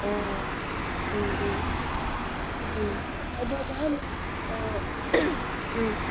ꯑꯣ ꯎꯝ ꯎꯝ ꯎꯝ ꯑꯗꯨ ꯅꯍꯥꯟ ꯎꯝ